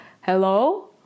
hello